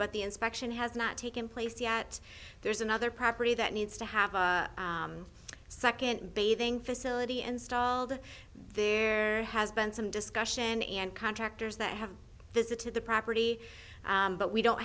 but the inspection has not taken place yet there's another property that needs to have a second bathing facility installed there has been some discussion and contractors that have visited the property but we don't